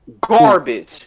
Garbage